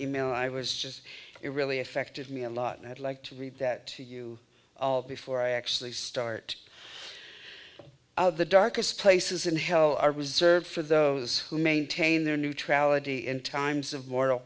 in mail i was just it really affected me a lot i'd like to read that to you before i actually start out the darkest places in hell are reserved for those who maintain their neutrality in times of moral